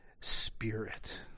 spirit